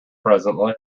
presently